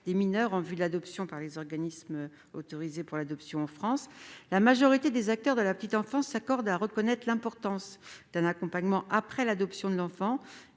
des mineurs en vue de l'adoption par les organismes autorisés pour l'adoption en France. La majorité des acteurs de la petite enfance s'accorde à reconnaître l'importance d'un accompagnement après l'adoption à la